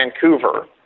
Vancouver